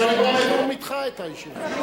אפשר לקבוע בתיאום אתך את הישיבה.